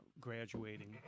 graduating